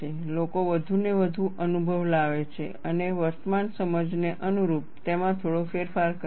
લોકો વધુને વધુ અનુભવ લાવે છે અને વર્તમાન સમજને અનુરૂપ તેમાં થોડો ફેરફાર કરે છે